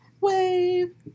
Wave